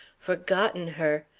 forgotten her!